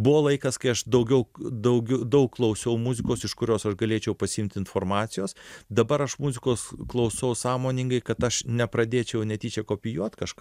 buvo laikas kai aš daugiau daugiu daug klausiau muzikos iš kurios aš galėčiau pasiimti informacijos dabar aš muzikos klausau sąmoningai kad aš nepradėčiau netyčia kopijuot kažk